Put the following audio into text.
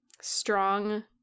strong